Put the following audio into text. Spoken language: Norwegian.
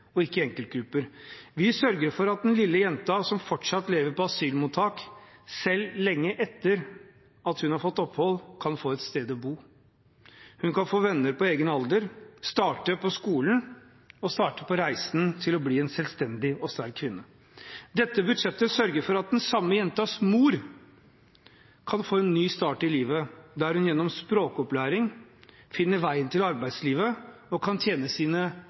og ikke enkeltgrupper. Vi sørger for at den lille jenta som fortsatt lever på asylmottak, selv lenge etter at hun har fått opphold, kan få et sted å bo. Hun kan få venner på egen alder, starte på skolen og starte på reisen til å bli en selvstendig og sterk kvinne. Dette budsjettet sørger for at den samme jentas mor kan få en ny start i livet, der hun gjennom språkopplæring finner veien til arbeidslivet og kan tjene sine